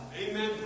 Amen